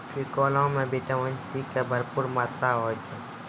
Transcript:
टिकोला मॅ vitamin C के भरपूर मात्रा होय छै